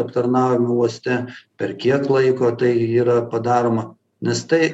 aptarnavimo uoste per kiek laiko tai yra padaroma nes tai